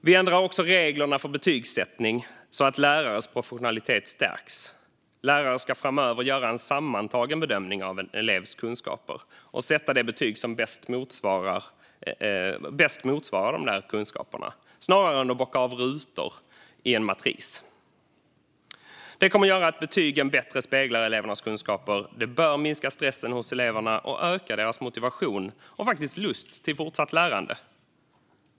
Vi ändrar också reglerna för betygssättning så att lärares professionalitet stärks. Lärare ska framöver göra en sammantagen bedömning av en elevs kunskaper och sätta det betyg som bäst motsvarar kunskaperna snarare än att bocka av rutor i en matris. Det kommer att göra att betygen bättre speglar elevernas kunskaper. Det bör också minska stressen hos eleverna och öka deras motivation och lust till fortsatt lärande.